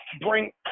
bring